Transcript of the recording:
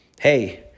Hey